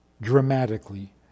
dramatically